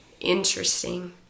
Interesting